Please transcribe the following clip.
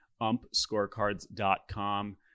umpscorecards.com